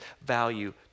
value